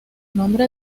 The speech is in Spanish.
nombre